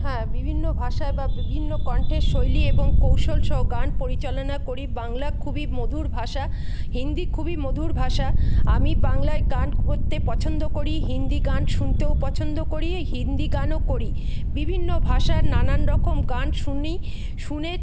হ্যাঁ বিভিন্ন ভাষায় বা বিভিন্ন কণ্ঠে শৈলী এবং কৌশলসহ গান পরিচালনা করি বাংলা খুবই মধুর ভাষা হিন্দি খুবই মধুর ভাষা আমি বাংলায় গান করতে পছন্দ করি হিন্দি গান শুনতেও পছন্দ করি হিন্দি গানও করি বিভিন্ন ভাষার নানানরকম গান শুনি শুনে